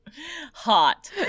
hot